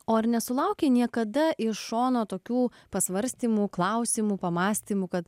o ar nesulaukei niekada iš šono tokių pasvarstymų klausimų pamąstymų kad